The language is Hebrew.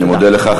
אני מודה לך.